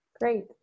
Great